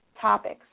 topics